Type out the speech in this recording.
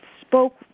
spoke